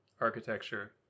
architecture